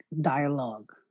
dialogue